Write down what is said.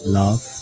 love